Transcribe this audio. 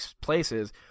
places